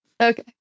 Okay